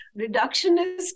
reductionist